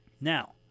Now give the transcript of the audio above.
Now